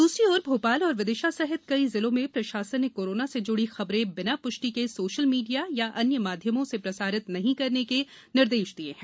दूसरी ओर भोपाल और विदिशा सहित कई जिलों में प्रशासन ने कोरोना से जुड़ी खबरें बिना प्रष्टि के सोशल मीडिया या अन्य माध्यमों से प्रसारित नहीं करने के निर्देश दिए है